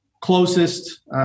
closest